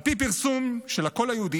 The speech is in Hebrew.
על פי פרסום של הקול היהודי,